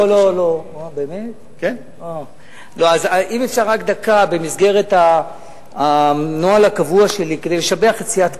אם אפשר רק דקה במסגרת הנוהל הקבוע שלי כדי לשבח את סיעת קדימה,